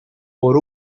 por